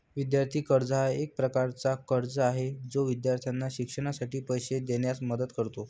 विद्यार्थी कर्ज हा एक प्रकारचा कर्ज आहे जो विद्यार्थ्यांना शिक्षणासाठी पैसे देण्यास मदत करतो